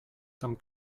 tam